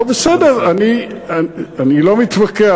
לא, בסדר, אני לא מתווכח.